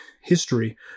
history